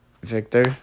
Victor